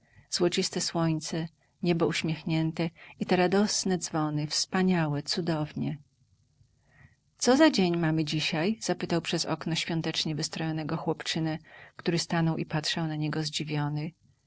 złociste słońce niebo uśmiechnięte i te radosne dzwony wspaniale cudownie co za dzień mamy dzisiaj zapytał przez okno świątecznie wystrojonego chłopczynę który stanął i patrzał na niego zdziwiony